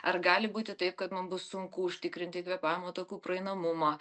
ar gali būti taip kad nu bus sunku užtikrinti kvėpavimo takų praeinamumą